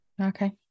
Okay